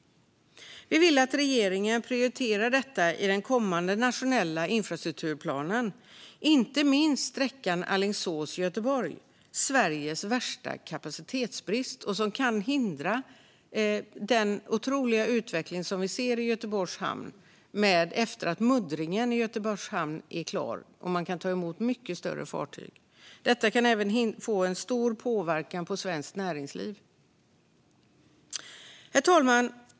Vi vill att regeringen prioriterar detta i den kommande nationella infrastrukturplanen - inte minst sträckan Alingsås-Göteborg, Sveriges värsta kapacitetsbrist, som kan hindra den otroliga utveckling som vi ser i Göteborgs hamn efter att muddringen där blivit klar och man kan ta emot mycket större fartyg. Detta kan även få en stor påverkan på svenskt näringsliv. Herr talman!